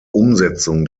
umsetzung